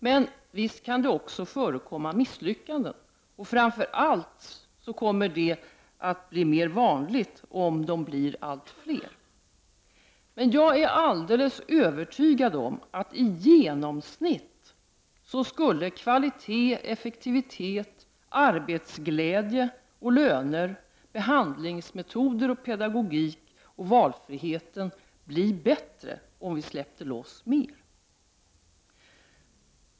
Men visst kan det också förekomma misslyckanden, och framför allt kommer det att bli mer vanligt om de privata alternativen blir allt fler. Men jag är ändå alldeles övertygad om att kvalitet, effektivitet, arbetsglädje och löner, behandlingsmetoder, pedagogik och valfrihet i genomsnitt skulle bli bättre om vi släppte loss mer.